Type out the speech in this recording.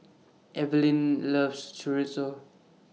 Eveline loves Chorizo